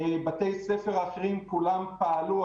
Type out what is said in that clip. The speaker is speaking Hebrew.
בתי ספר אחרים כולם פעלו.